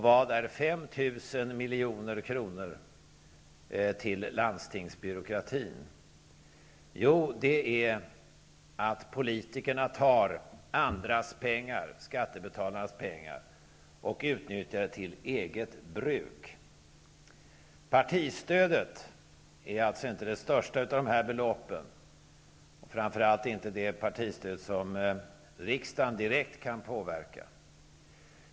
Vad är 5 000 Jo, det är att politikerna tar andras pengar, skattebetalarnas pengar och utnyttjar till eget bruk. Partistödet är alltså inte det största av dessa belopp, och framför allt inte det partistöd som riksdagen direkt kan påverka.